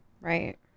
Right